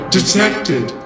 Detected